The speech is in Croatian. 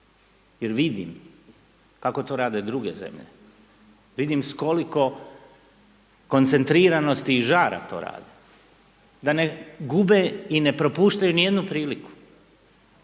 jer vidim kako to rade druge zemlje, vidim s koliko koncentriranosti i žara to rade, da ne gube i ne propuštaju ni jednu priliku.